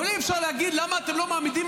אבל אי-אפשר להגיד: למה אתם לא מעמידים